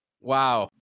Wow